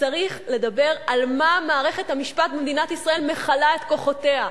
צריך לדבר על מה מערכת המשפט במדינת ישראל מכלה את כוחותיה.